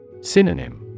Synonym